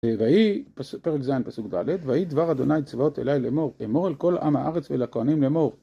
ויהי, פרק ז' פסוק ד', ויהי דבר ה' צבאות אלי לאמור, אמור אל כל עם הארץ ואל הכהנים לאמור.